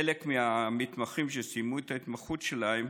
חלק מהמתמחים שסיימו את ההתמחות שלהם